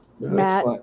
Matt